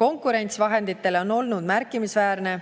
Konkurents vahendite saamiseks on olnud märkimisväärne.